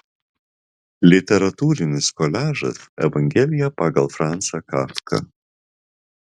literatūrinis koliažas evangelija pagal francą kafką